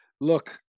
Look